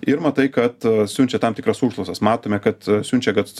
ir matai kad siunčia tam tikras užklausas matome kad siunčia kad